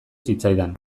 zitzaidan